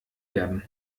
werden